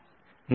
ನಿತಿನ್ ಸರಿ